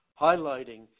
highlighting